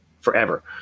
forever